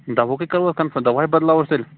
دَوہُکُے کَروا کَنفٕرٕم دَواہےَ بَدلاوہوس تیٚلہِ